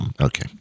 Okay